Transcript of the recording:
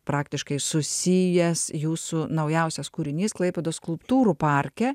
praktiškai susijęs jūsų naujausias kūrinys klaipėdos skulptūrų parke